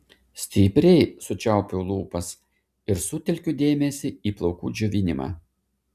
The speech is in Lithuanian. stipriai sučiaupiu lūpas ir sutelkiu dėmesį į plaukų džiovinimą